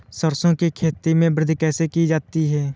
सरसो की खेती में वृद्धि कैसे की जाती है?